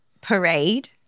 parade